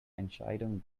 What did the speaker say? entscheidung